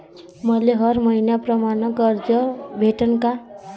मले हर मईन्याप्रमाणं कर्ज भेटन का?